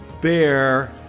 bear